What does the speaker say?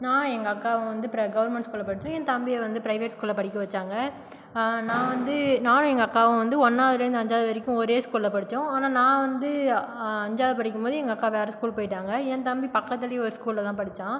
நான் எங்க அக்காவும் வந்து பெ கவெர்மென்ட் ஸ்கூலில் படித்தோம் என் தம்பியை வந்து பிரைவேட் ஸ்கூலில் படிக்க வச்சாங்க நான் வந்து நானும் எங்கள் அக்காவும் வந்து ஒன்றாவதுலேந்து அஞ்சாவது வரைக்கும் ஒரு ஸ்கூலில் படித்தோம் ஆனால் நான் வந்து அஞ்சாவது படிக்கும் போது எங்கள் அக்கா வேறே ஸ்கூல் போய்ட்டாங்க என் தம்பி பக்கத்துலயே ஒரு ஸ்கூலில் தான் படித்தான்